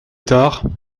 tard